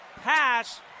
pass